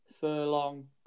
Furlong